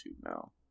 now